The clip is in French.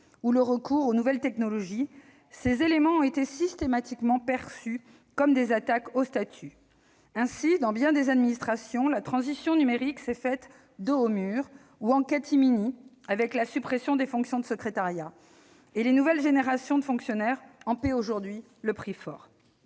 le recours aux nouvelles technologies, ces éléments ont été systématiquement perçus comme des attaques portées au statut. Ainsi, dans bien des administrations, la transition numérique s'est fait dos au mur ou en catimini, avec la suppression des fonctions de secrétariat. Les nouvelles générations de fonctionnaires en paient aujourd'hui le prix fort.